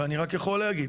ואני רק יכול להגיד